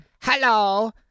Hello